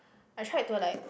I tried to like